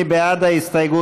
מי בעד ההסתייגות?